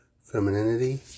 femininity